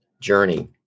journey